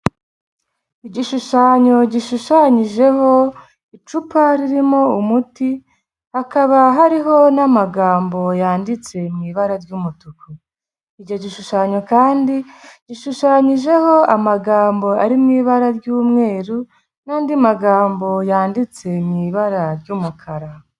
Igishushanyo gishushanyijeho icupa ririmo umuti, hakaba hariho n'amagambo yanditse mu ibara ry'umutuku. Icyo gishushanyo kandi gishushanyijeho amagambo ari mu ibara ry'umweru n'andi magambo yanditse mu ibara ry'umukara.